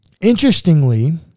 Interestingly